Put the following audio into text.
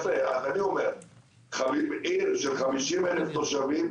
עיר של 50,000 תושבים,